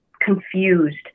confused